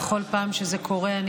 בכל פעם שזה קורה אני